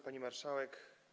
Pani Marszałek!